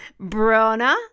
Brona